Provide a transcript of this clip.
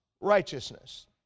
righteousness